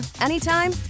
anytime